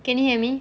can you hear me